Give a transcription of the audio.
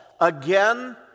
again